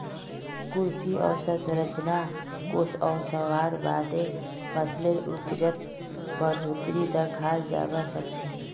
कृषि अवसंरचना कोष ओसवार बादे फसलेर उपजत बढ़ोतरी दखाल जबा सखछे